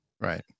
Right